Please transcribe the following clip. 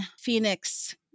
Phoenix